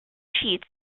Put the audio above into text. sheets